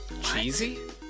Cheesy